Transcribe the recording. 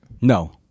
No